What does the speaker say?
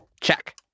Check